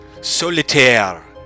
solitaire